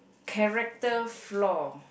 character flaw